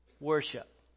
worship